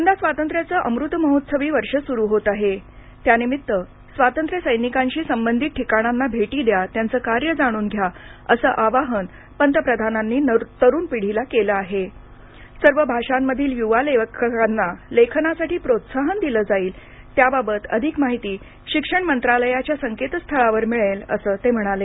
यंदा स्वातंत्र्याचं अमृत महोत्सवी वर्ष सुरू होतं आहे त्यानिमित्त स्वातंत्र्य सैनिकांशी संबधित ठिकाणांना भेटी द्या त्यांचं कार्य जाणून घ्या असं आवाहन पंतप्रधानांनी तरूण पिढीला केलं आहे सर्व भाषांमधील युवा लेखकांना त्यासाठी प्रोत्साहन दिलं जाईल त्याबाबत अधिक माहिती शिक्षण मंत्रालयाच्या संकेतस्थळावर मिळेल असं ते म्हणाले